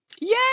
Yay